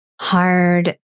hard